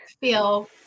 feel